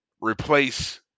replace